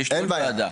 יש לי עוד ועדה.